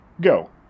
go